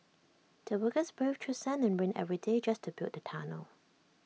the workers braved through sun and rain every day just to build the tunnel